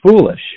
foolish